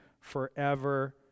forever